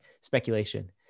speculation